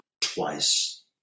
twice